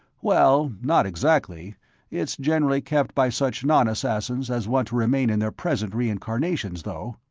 well, not exactly it's generally kept by such non-assassins as want to remain in their present reincarnations, though.